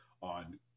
on